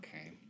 okay